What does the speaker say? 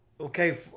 Okay